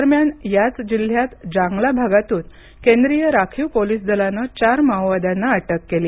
दरम्यान याच जिल्हायत जांगला भागातून केंद्रीय राखीव पोलीस दलानं चार माओवाद्यांना अटक केली